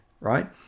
right